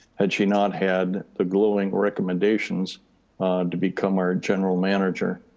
had she not had a glowing recommendations to become our general manager.